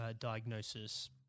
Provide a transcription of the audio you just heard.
diagnosis